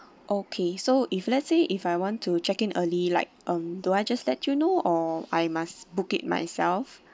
okay so if let's say if I want to check in early like um do I just that you know or I must book it myself